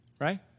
right